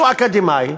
הוא אקדמאי,